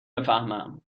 بفهمم